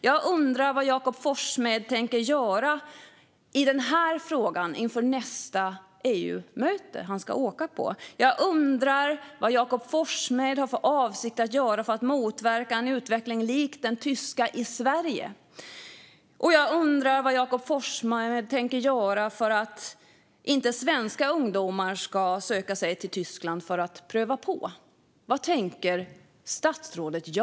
Jag undrar vad Jakob Forssmed tänker göra i den här frågan inför nästa EU-möte han ska åka på. Jag undrar vad Jakob Forssmed har för avsikt att göra för att motverka en utveckling lik den tyska i Sverige. Jag undrar vad Jakob Forssmed tänker göra för att svenska ungdomar inte ska söka sig till Tyskland för att pröva på. Vad tänker statsrådet göra?